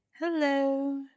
hello